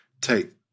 take